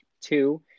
Two